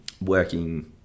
working